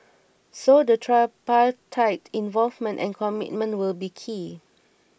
so the tripartite involvement and commitment will be key